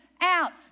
out